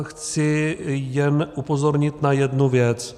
Chci jen upozornit na jednu věc.